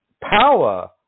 power